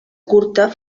curta